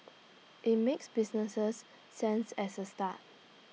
IT makes business sense as A start